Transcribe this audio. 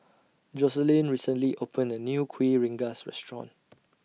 Joseline recently opened A New Kuih Rengas Restaurant